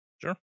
Sure